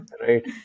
Right